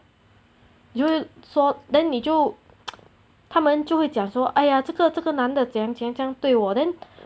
就算 then 你就 他们就会讲说 !aiya! 这个这个男的怎样怎样对我 then